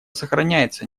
сохраняется